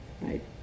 Right